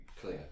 clear